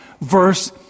Verse